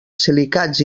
silicats